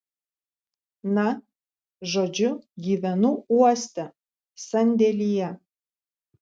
na žodžiu gyvenu uoste sandėlyje